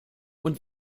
und